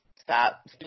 stop